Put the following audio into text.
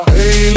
Hey